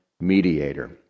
mediator